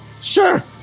sure